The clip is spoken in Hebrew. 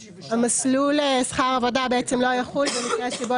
מסלול שכר עבודה בעצם לא יחול במקרה שבו